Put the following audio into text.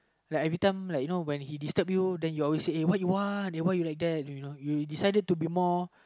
like every time like you know when he disturb you then you always say uh what you want uh why you like that you know you decided to be more